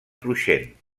cruixent